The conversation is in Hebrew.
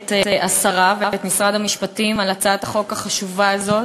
את השרה ואת משרד המשפטים על הצעת החוק החשובה הזאת.